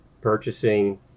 purchasing